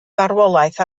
farwolaeth